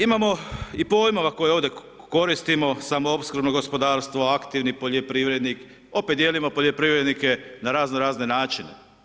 Imamo i pojmova koje ovdje koristimo, samoopskrbno gospodarstvo, aktivni poljoprivrednik, opet dijelimo poljoprivrednike na razno razne načine.